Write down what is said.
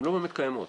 הן לא באמת קיימות,